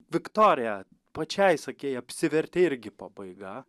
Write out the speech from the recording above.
viktorija pačiai sakei apsivertė irgi pabaiga